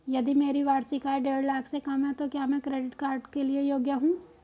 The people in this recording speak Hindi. यदि मेरी वार्षिक आय देढ़ लाख से कम है तो क्या मैं क्रेडिट कार्ड के लिए योग्य हूँ?